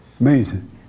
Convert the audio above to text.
Amazing